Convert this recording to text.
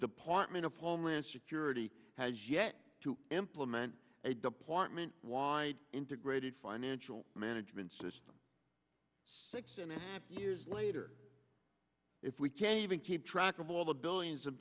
department of homeland security has yet to implement a department wide integrated financial management system six and a half years later if we can't even keep track of all the billions of